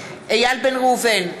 איל בן ראובן,